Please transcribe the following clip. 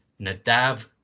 Nadav